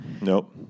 Nope